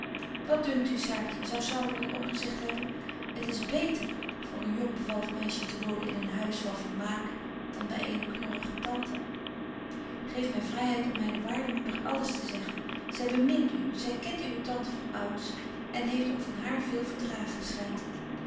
wat dunkt u saartje zou salomon ook gezegt hebben het is beter voor een jong bevallig meisje te wonen in een huis van vermaak dan by eene knorrige tante geef my vryheid om myne waarde moeder alles te zeggen zy bemint u zy kent uwe tante van ouds en heeft ook van haar veel verdragen schynt het